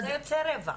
אז זה יוצא רבע.